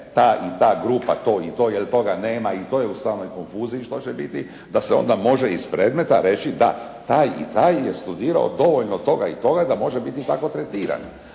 ta i ta grupa to i to, jer toga nema i to je u samoj konfuziji što će biti, da se onda može iz predmeta reći da taj i taj je studirao dovoljno toga i toga da može biti tako tretiran.